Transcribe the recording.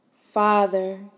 Father